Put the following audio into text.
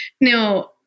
Now